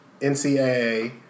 NCAA